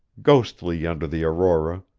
ghostly under the aurora,